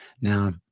Now